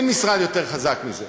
אין משרד יותר חזק מזה.